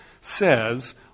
says